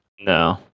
No